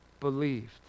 believed